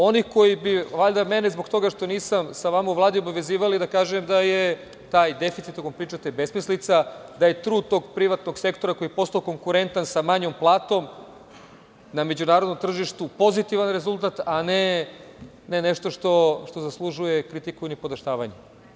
Oni koji bi, valjda mene zbog toga što nisam sa vama u Vladi obavezivali da kažem da je taj deficit o kome pričate besmislica, da je trut tog privatnog sektora koji je postao konkurentan sa manjom platom na međunarodnom tržištu pozitivan rezultat, a ne nešto što zaslužuje kritiku nipodaštavanja.